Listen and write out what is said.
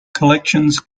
collections